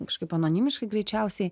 kažkaip anonimiškai greičiausiai